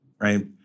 right